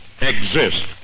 exist